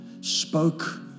spoke